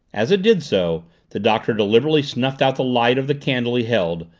as it did so the doctor deliberately snuffed out the light of the candle he held,